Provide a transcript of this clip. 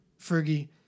Fergie